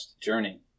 journey